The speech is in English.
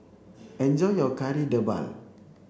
enjoy your Kari Debal